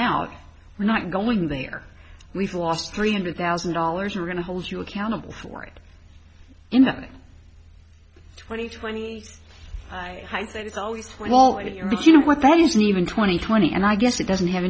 out we're not going there we've lost three hundred thousand dollars we're going to hold you accountable for it in then twenty twenty hindsight is always when all your but you know what that isn't even twenty twenty and i guess it doesn't have